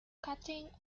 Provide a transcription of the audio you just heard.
cutting